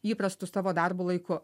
įprastu savo darbo laiku